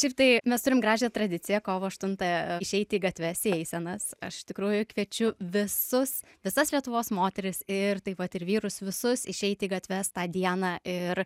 šiaip tai mes turim gražią tradiciją kovo aštuntą išeiti į gatves į eisenas aš iš tikrųjų kviečiu visus visas lietuvos moteris ir taip pat ir vyrus visus išeiti į gatves tą dieną ir